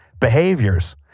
behaviors